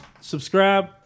Subscribe